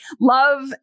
love